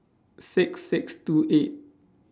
six six two eight